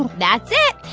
that's it.